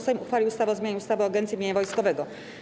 Sejm uchwalił ustawę o zmianie ustawy o Agencji Mienia Wojskowego.